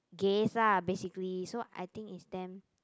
gays ah basically so I think it's damn